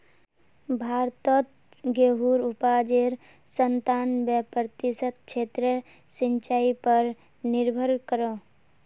भारतोत गेहुंर उपाजेर संतानबे प्रतिशत क्षेत्र सिंचाई पर निर्भर करोह